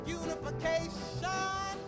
unification